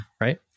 Right